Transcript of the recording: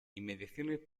inmediaciones